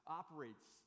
operates